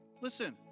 listen